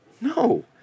No